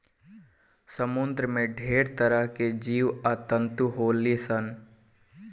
समुंद्र में ढेरे तरह के जीव आ जंतु होले सन